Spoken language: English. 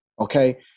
Okay